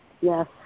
yes